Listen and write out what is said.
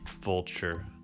vulture